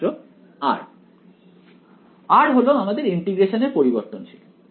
ছাত্র R r হল আমাদের ইন্টিগ্রেশনের পরিবর্তনশীল